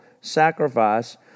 sacrifice